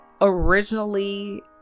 originally